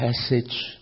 passage